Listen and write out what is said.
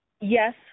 Yes